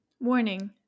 Warning